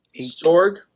Sorg